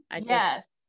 Yes